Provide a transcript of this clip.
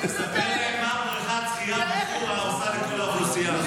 תספר להם מה בריכת השחייה בחורה עושה לכל האוכלוסייה.